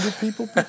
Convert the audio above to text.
people